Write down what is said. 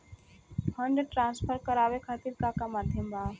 Fund transfer करवाये खातीर का का माध्यम बा?